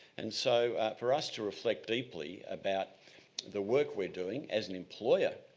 and so for us to reflect deeply about the work we are doing as an employer,